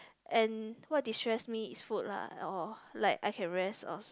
and what destress me is food lah or like I can rest or